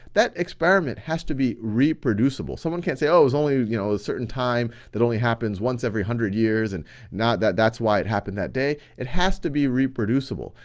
that experiment has to be reproducible. someone can't say, oh it's only, you know, a certain time that only happens once every one hundred years and not, that that's why it happened that day. it has to be reproducible,